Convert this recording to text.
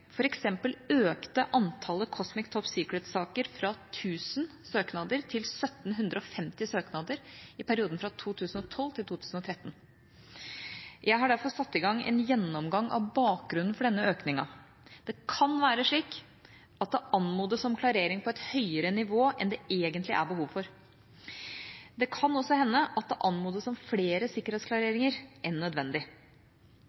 eksempel økte antallet Cosmic Top Secret-saker fra 1 000 søknader til 1 750 søknader i perioden fra 2012 til 2013. Jeg har derfor satt i gang en gjennomgang vedrørende bakgrunnen for denne økninga. Det kan være slik at det anmodes om klarering på et høyere nivå enn det egentlig er behov for. Det kan også hende at det anmodes om flere sikkerhetsklareringer enn nødvendig.